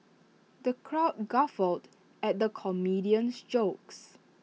the crowd guffawed at the comedian's jokes